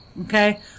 Okay